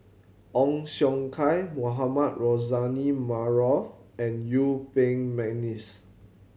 Ong Siong Kai Mohamed Rozani Maarof and Yuen Peng McNeice